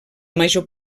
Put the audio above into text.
major